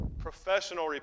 professional